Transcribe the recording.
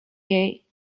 jej